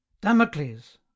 damocles